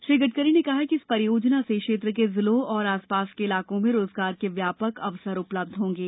श्री गड़करी ने कहा कि इस परियोजना से क्षेत्र के जिलों और आसपास के इलाकों में रोजगार के व्यापक अवसर उपलब्ध होंगे